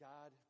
God